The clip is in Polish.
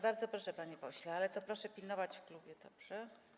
Bardzo proszę, panie pośle, ale proszę pilnować tego w klubie, dobrze?